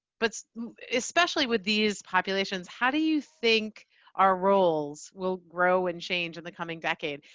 but especially with these populations how do you think our roles will grow and change in the coming decade?